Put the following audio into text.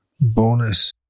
bonus